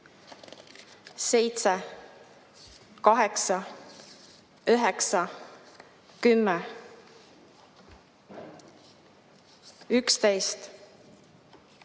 7, 8, 9, 10, 11,